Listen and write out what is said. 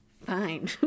Fine